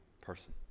person